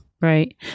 right